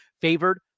favored